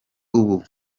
ubu